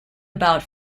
about